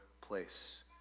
place